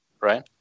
right